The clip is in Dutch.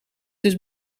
dus